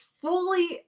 fully